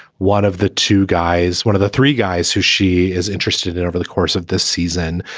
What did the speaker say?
one of the two guys, one of the three guys who she is interested in over the course of this season,